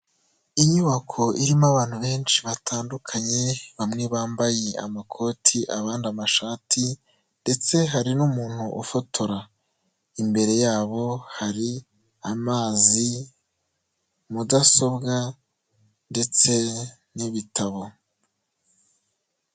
Inyubako irimo abantu benshi batandukanye bamwe bambaye amakoti, abandi amashati ndetse hari n'umuntu ufotora. Imbere yabo, hari amazi, mudasobwa ndetse n'ibitabo.